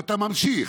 ואתה ממשיך: